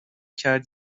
کرد